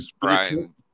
Brian